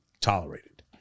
tolerated